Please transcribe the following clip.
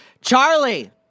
Charlie